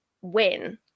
win